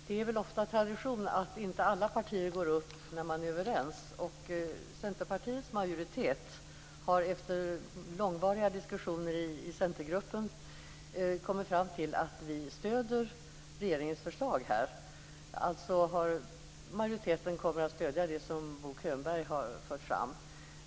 Fru talman! Det är väl ofta tradition att inte alla partier går upp i debatten när man är överens. Centerpartiets majoritet har efter långvariga diskussioner i Centergruppen kommit fram till att vi stöder regeringens förslag. Majoriteten kommer alltså att stödja det som Bo Könberg har fört fram.